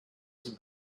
his